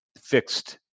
fixed